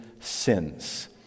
Sins